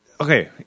okay